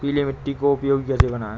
पीली मिट्टी को उपयोगी कैसे बनाएँ?